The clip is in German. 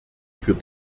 für